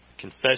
confess